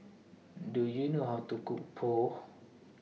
Do YOU know How to Cook Pho